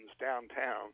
downtown